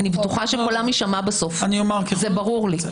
אני בטוחה שקולם יישמע בסוף, זה ברור לי.